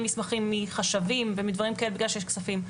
מסמכים מחשבים ומדברים כאלה בגלל שיש כספים.